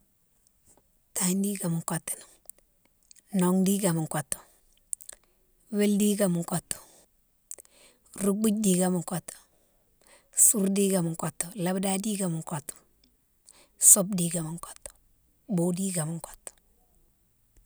Tagne dikema mo kotouni, nong dikema mon kotou, wille dikema mo kotou, roumbou dikema mo kotou, soure dikema mo kotou, nabadaye dikema mo kotou, sobe dikema mo kotou, bou dikema mo kotou.